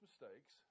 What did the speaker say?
mistakes—